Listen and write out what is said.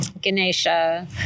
Ganesha